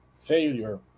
failure